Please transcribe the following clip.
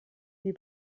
die